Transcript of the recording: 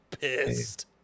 pissed